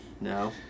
No